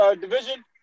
division